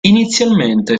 inizialmente